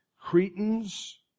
Cretans